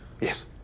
Yes